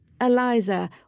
Eliza